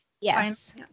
Yes